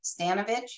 Stanovich